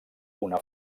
una